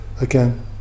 Again